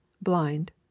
blind